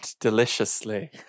deliciously